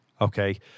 okay